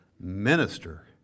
minister